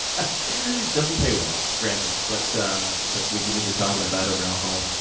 doesn't pay well, granted, but but we could we could talk about that over alcohol.